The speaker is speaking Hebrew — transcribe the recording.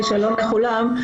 שלום לכולם.